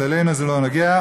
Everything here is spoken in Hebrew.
אבל לנו זה לא נוגע,